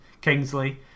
Kingsley